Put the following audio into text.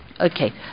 Okay